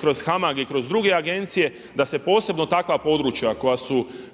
kroz HAMAG i kroz druge agencije da se posebno takva područja koja su